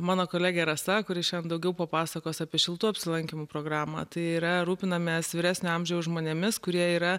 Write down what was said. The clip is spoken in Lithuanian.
mano kolegė rasa kuri šiand daugiau papasakos apie šiltų apsilankymų programą tai yra rūpinamės vyresnio amžiaus žmonėmis kurie yra